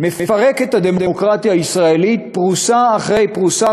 מפרק את הדמוקרטיה הישראלית פרוסה אחרי פרוסה,